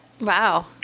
Wow